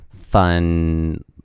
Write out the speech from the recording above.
fun